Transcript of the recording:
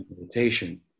meditation